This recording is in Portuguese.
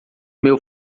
meu